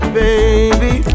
baby